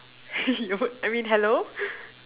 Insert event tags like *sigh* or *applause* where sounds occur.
*laughs* hello I mean hello